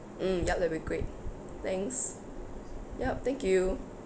mm yup that will be great thanks yup thank you